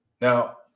Now